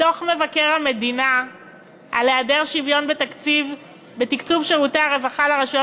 בדוח מבקר המדינה על היעדר שוויון בתקצוב שירותי הרווחה לרשויות